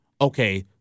okay